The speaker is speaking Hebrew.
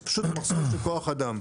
יש פשוט מחסור בכוח אדם.